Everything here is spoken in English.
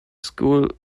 school